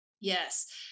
Yes